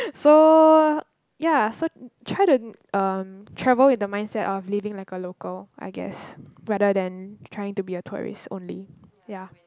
so ya so try to um travel with the mindset of living like a local I guessed rather than trying to be a tourist only ya